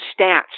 stats